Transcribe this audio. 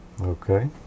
okay